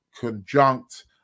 conjunct